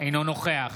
אינו נוכח